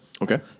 Okay